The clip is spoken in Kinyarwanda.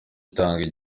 itanga